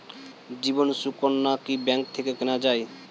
জীবন সুকন্যা কি ব্যাংক থেকে কেনা যায়?